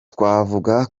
twavuga